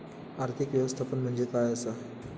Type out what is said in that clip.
आर्थिक व्यवस्थापन म्हणजे काय असा?